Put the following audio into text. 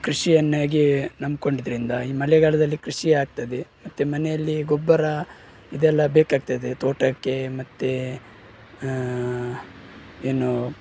ಕೃಷಿಯನ್ನಾಗಿ ನಂಬ್ಕೊಂಡಿದ್ದರಿಂದ ಈ ಮಳೆಗಾಲದಲ್ಲಿ ಕೃಷಿ ಆಗ್ತದೆ ಮತ್ತೆ ಮನೆಯಲ್ಲಿ ಗೊಬ್ಬರ ಇದೆಲ್ಲ ಬೇಕಾಗ್ತದೆ ತೋಟಕ್ಕೆ ಮತ್ತೆ ಏನು